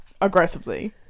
aggressively